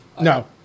No